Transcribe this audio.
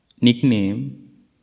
nickname